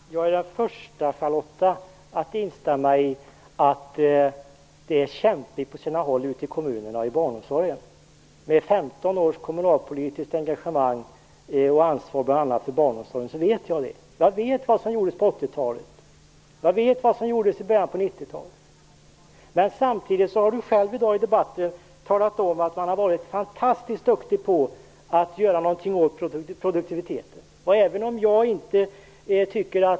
Herr talman! Jag är den första, Charlotta Bjälkebring, att instämma i att det är kämpigt på sina håll ute i kommunerna och i barnomsorgen. Med 15 års kommunalpolitiskt engagemang med ansvar bl.a. för barnomsorgen vet jag det. Jag vet vad som gjordes på 80-talet, jag vet vad som gjordes i början av 90-talet. Samtidigt har Charlotta Bjälkebring själv i debatten i dag talat om att man har varit fantastiskt duktig på att göra någonting åt produktiviteten.